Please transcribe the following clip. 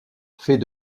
fait